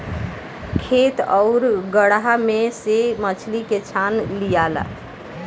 खेत आउरू गड़हा में से मछली के छान लियाला